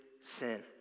sin